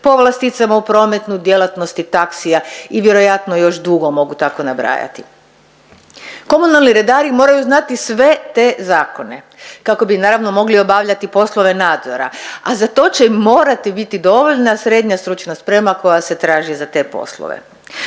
povlasticama u prometnu, djelatnosti taksija i vjerojatno još dugo mogu tako nabrajati. Komunalni redari moraju znati sve te zakone kako bi naravno mogli obavljati poslove nadzora, a za to će im morati biti dovoljna srednja stručna sprema koja se traži za te poslove.